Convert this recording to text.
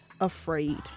afraid